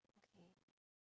okay